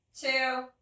two